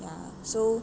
ya so